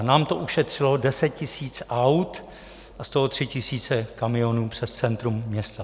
Nám to ušetřilo deset tisíc aut a z toho tři tisíce kamionů přes centrum města.